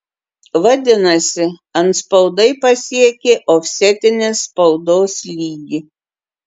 vadinasi antspaudai pasiekė ofsetinės spaudos lygį